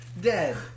Dead